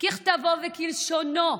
ככתבו וכלשונו,